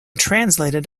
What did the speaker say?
translated